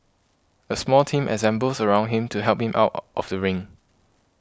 a small team assembles around him to help him out of the ring